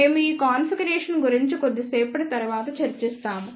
మేము ఈ కాన్ఫిగరేషన్ గురించి కొద్దిసేపటి తరువాత చర్చిస్తాము